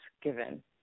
given